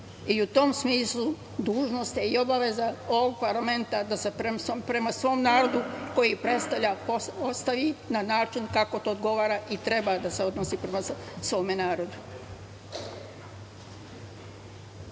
i u tom smislu dužnost je i obaveza ovog parlamenta da se prema svom narodu koji predstavlja postavi na način kako to odgovara i treba da se odnosi prema svome